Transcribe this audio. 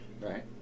Right